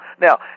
Now